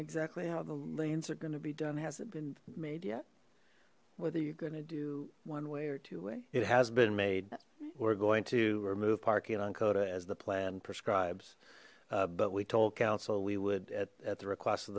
exactly how the lanes are going to be done hasn't been made yet whether you're gonna do one way or two way it has been made we're going to remove parking on kota as the plan prescribes but we told council we would at the request of